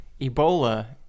Ebola